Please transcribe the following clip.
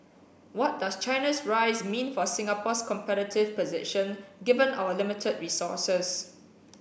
what does China's rise mean for Singapore's competitive position given our limited resources